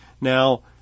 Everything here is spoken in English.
Now